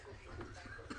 שלום לכולם,